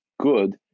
good